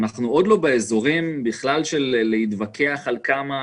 הוא שאנחנו עוד לא באזורים בכלל של להתווכח על כמה,